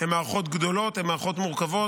הן מערכות גדולות, הן מערכות מורכבות.